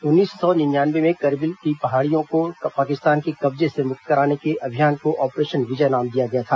उन्नीस सौ निन्यानये में करगिल की पहाड़ियों को पाकिस्तान के कब्जे से मुक्त कराने के अभियान को ऑपरेशन विजय नाम दिया गया था